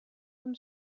vom